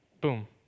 boom